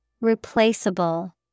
Replaceable